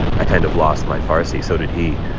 i kind of lost my farsi. so did he.